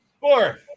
four